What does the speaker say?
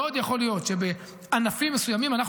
מאוד יכול להיות שבענפים מסוימים אנחנו